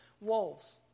wolves